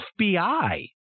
FBI